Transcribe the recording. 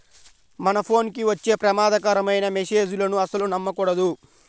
మన ఫోన్ కి వచ్చే ప్రమాదకరమైన మెస్సేజులను అస్సలు నమ్మకూడదు